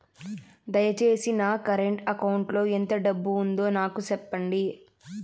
దయచేసి నా current account లో ఎంత డబ్బు ఉందో నాకు సెప్పండి